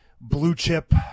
blue-chip